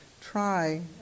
try